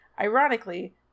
Ironically